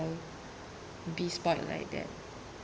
be spoilt like that